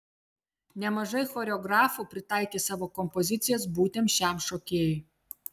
nemažai choreografų pritaikė savo kompozicijas būtent šiam šokėjui